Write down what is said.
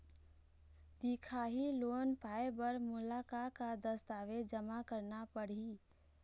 दिखाही लोन पाए बर मोला का का दस्तावेज जमा करना पड़ही?